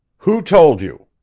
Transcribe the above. who told you?